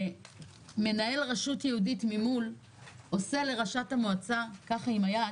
ומנהל רשות יהודית ממול עושה לראשת המועצה ככה עם היד